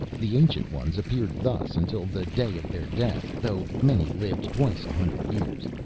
the ancient ones appeared thus until the day of their death, though many lived twice a hundred years.